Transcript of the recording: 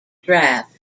draft